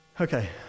Okay